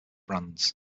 brands